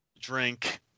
drink